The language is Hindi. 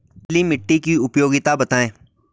छिछली मिट्टी की उपयोगिता बतायें?